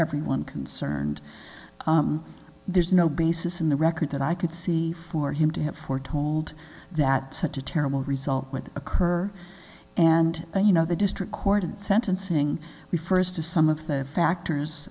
everyone concerned there's no basis in the record that i could see for him to have foretold that such a terrible result would occur and you know the district court and sentencing the first to some of the